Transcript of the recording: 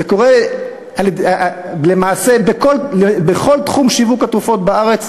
זה קורה למעשה בכל תחום שיווק התרופות בארץ,